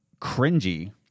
cringy